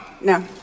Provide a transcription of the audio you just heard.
no